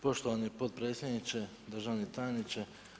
Poštovani potpredsjedniče, državni tajniče.